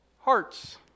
hearts